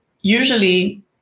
Usually